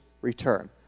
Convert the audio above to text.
return